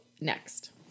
next